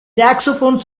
saxophone